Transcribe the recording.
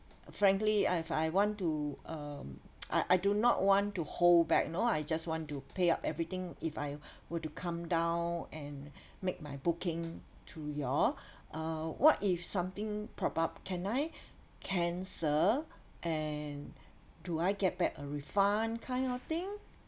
frankly I if I want to um I I do not want to hold back you know I just want to pay up everything if I were to come down and make my booking to you all uh what if something prop up can I cancel and do I get back a refund kind of thing